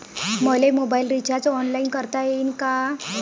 मले mobile recharge online करता येईन का?